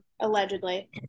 allegedly